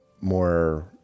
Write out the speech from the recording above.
more